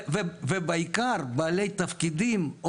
ובעיקר בעלי תפקידים.